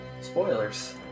spoilers